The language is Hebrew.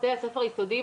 בבתי הספר היסודיים,